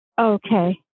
Okay